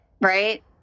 right